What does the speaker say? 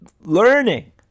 learning